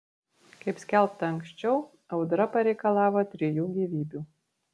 kaip skelbta anksčiau audra pareikalavo trijų gyvybių